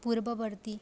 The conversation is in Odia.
ପୂର୍ବବର୍ତ୍ତୀ